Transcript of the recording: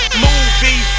movie